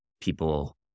people